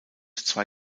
zwei